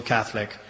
Catholic